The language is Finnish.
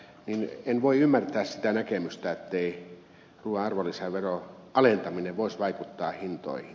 en voi ymmärtää sitä näkemystä ettei ruuan arvonlisäveron alentaminen voisi vaikuttaa hintoihin